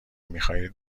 میخائیل